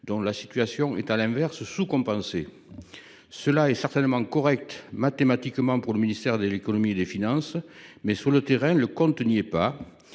dont la situation est, à l’inverse, sous compensée. Cette formule est certainement correcte mathématiquement pour le ministère de l’économie et des finances, mais, sur le terrain, le compte n’y est pas